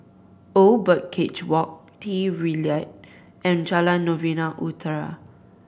Old Birdcage Walk Trilight and Jalan Novena Utara